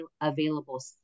available